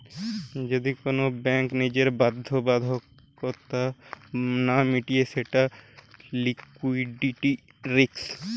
যদি কোন ব্যাঙ্ক নিজের বাধ্যবাধকতা না মিটায় সেটা লিকুইডিটি রিস্ক